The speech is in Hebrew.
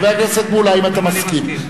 חבר הכנסת מולה, האם אתה מסכים?